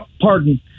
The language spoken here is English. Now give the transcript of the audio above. Pardon